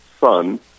son